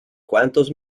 cuantos